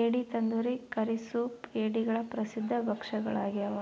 ಏಡಿ tandoori curry soup ಏಡಿಗಳ ಪ್ರಸಿದ್ಧ ಭಕ್ಷ್ಯಗಳಾಗ್ಯವ